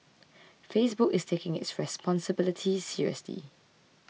Facebook is taking its responsibility seriously